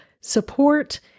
support